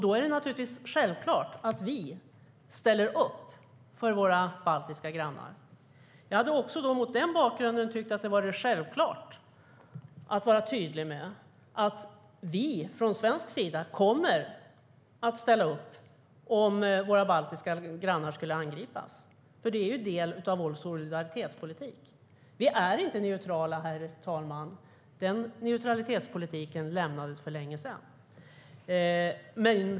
Då är det naturligtvis självklart att vi ställer upp för våra baltiska grannar. Jag hade mot den bakgrunden också tyckt att det var självklart att vara tydlig med att vi från svensk sida kommer att ställa upp om våra baltiska grannar skulle angripas, eftersom det är en del av vår solidaritetspolitik. Vi är inte neutrala, herr talman; neutralitetspolitiken lämnades för länge sedan.